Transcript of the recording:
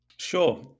Sure